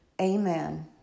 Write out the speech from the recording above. Amen